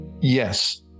Yes